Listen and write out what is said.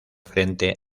frente